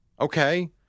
Okay